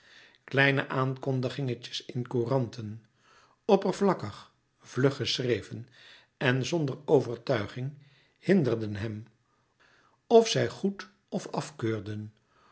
kleine aankondiginkjes in couranten oppervlakkig vlug geschreven en zonder overtuiging hinderden hem of zij goed of afkeurden